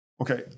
Okay